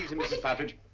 mrs. partridge.